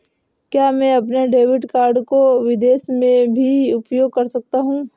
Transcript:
क्या मैं अपने डेबिट कार्ड को विदेश में भी उपयोग कर सकता हूं?